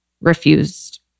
refused